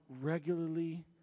regularly